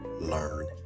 learn